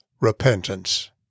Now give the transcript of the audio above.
repentance